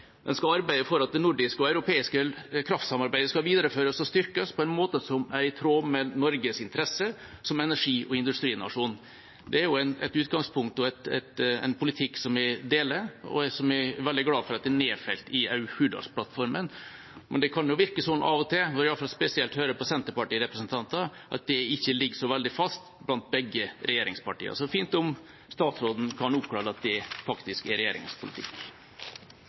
det nordiske og europeiske kraftsamarbeidet skal videreføres og styrkes på en måte som er i tråd med Norges interesser som energi- og industrinasjon». Det er et utgangspunkt og en politikk som jeg deler, og som jeg er veldig glad for at er nedfelt i Hurdalsplattformen. Men det kan av og til virke som, spesielt når jeg hører på senterpartirepresentanter, at det ikke ligger så veldig fast blant begge regjeringspartiene. Så det er fint om statsråden kan oppklare at det faktisk er regjeringas politikk.